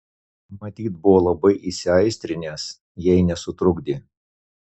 matyt buvo labai įsiaistrinęs jei nesutrukdė